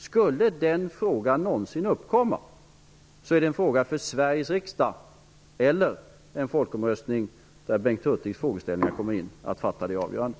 Skulle den frågan någonsin uppkomma är det Sveriges riksdag eller folket i en folkomröstning, där Bengt Hurtigs frågeställningar kommer in, som skall fatta det avgörandet.